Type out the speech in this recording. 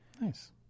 nice